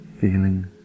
Feeling